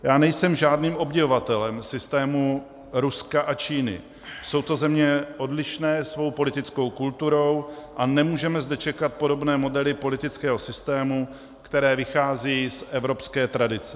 Já nejsem žádným obdivovatelem systému Ruska a Číny, jsou to země odlišné svou politickou kulturou a nemůžeme zde čekat podobné modely politického systému, které vychází z evropské tradice.